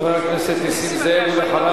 חבר הכנסת נסים זאב.